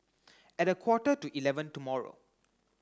at a quarter to eleven tomorrow